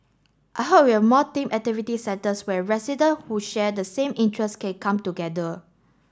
I hope we have more themed activity centres where resident who share the same interest can come together